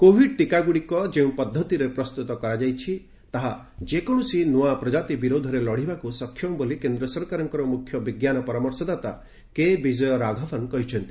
Covid ଟୀକାଗୁଡ଼ିକ ଯେଉଁ ପଦ୍ଧତିରେ ପ୍ରସ୍ତୁତ ହୋଇଛି ତାହା ଯେକୌଣସି ନୂଆ ପ୍ରଜାତି ବିରୋଧରେ ଲଢ଼ିବାକୁ ସକ୍ଷମ ବୋଲି କେନ୍ଦ୍ର ସରକାରଙ୍କ ମୁଖ୍ୟ ବିଜ୍ଞାନ ପରାମର୍ଶଦାତା କେ ବିଜୟ ରାଘବନ୍ କହିଛନ୍ତି